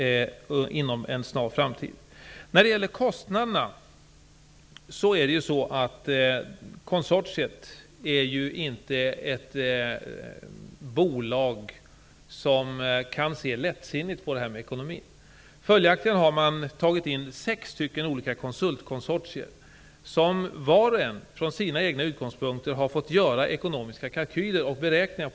När det gäller kostnaderna vill jag säga att konsortiet inte är ett bolag som kan se lättsinnigt på detta med ekonomin. Följaktligen har sex olika konsultkonsortier tagits in. Vart och ett har från sina egna utgångspunkter fått göra ekonomiska kalkyler och beräkningar.